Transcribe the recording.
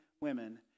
women